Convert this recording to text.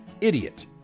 idiot